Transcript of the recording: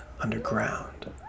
underground